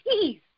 peace